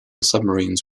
submarines